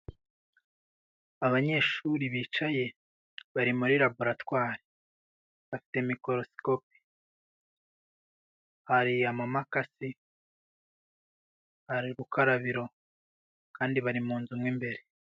Abanyeshuri bicaye bari muri laboratwari bafite mikorosikopi hari amamakasi hari urukarabiro kandi bari mu nzu mo imbere.